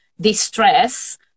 distress